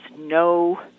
no